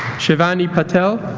shivani patel